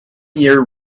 year